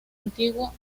antiguo